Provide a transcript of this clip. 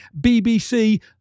BBC